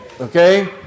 Okay